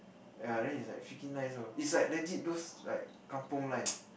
ya then is like freaking nice know is like legit those like kampung life